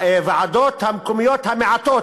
הוועדות המקומיות המעטות,